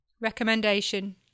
Recommendation